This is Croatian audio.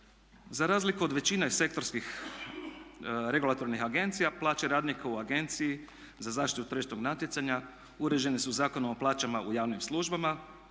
Za razliku od većine sektorskih regulatornih agencija plaće radnika u Agenciji za zaštitu tržišnog natjecanja uređene su Zakonom o plaćama u javnim službama,